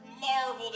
marveled